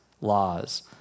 laws